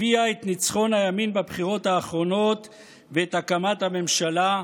הביאה את ניצחון הימין בבחירות האחרונות ואת הקמת הממשלה,